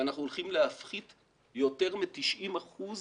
ואנחנו הולכים להפחית יותר מ-90 אחוזים